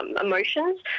emotions